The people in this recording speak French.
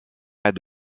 pas